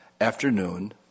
afternoon